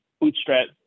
bootstrap